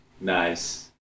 Nice